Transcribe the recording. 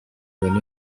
point